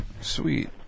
Sweet